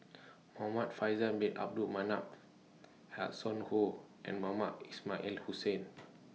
Muhamad Faisal Bin Abdul Manap Hanson Ho and Mohamed Ismail Hussain